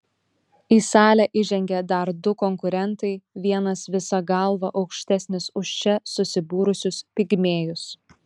į salę įžengia dar du konkurentai vienas visa galva aukštesnis už čia susibūrusius pigmėjus